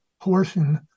portion